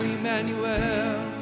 Emmanuel